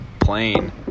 plane